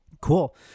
Cool